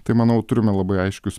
tai manau turime labai aiškius